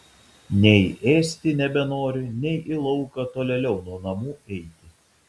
nei ėsti nebenori nei į lauką tolėliau nuo namų eiti